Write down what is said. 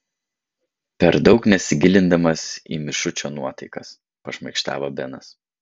per daug nesigilindamas į mišučio nuotaikas pašmaikštavo benas